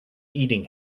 eating